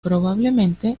probablemente